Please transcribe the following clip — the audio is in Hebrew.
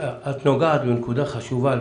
יש מישהו שרוצה להוסיף בקצרה,